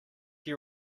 you